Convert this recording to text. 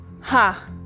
ha